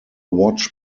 watch